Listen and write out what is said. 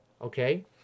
okay